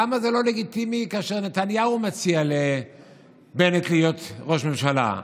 למה זה לא לגיטימי כאשר נתניהו מציע לבנט להיות ראש ממשלה?